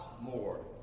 more